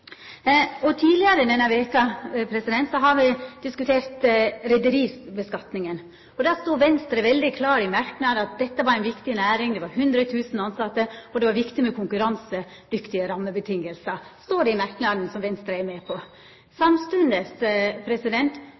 kr. Tidlegare denne veka diskuterte me reiarskattlegginga, og der var Venstre i merknaden veldig klar på at dette var ei viktig næring med 100 000 tilsette, og det var viktig med konkurransedyktige rammevilkår. Dette står altså i merknaden som Venstre er med på. Samstundes